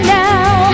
now